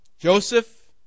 Joseph